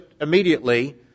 immediately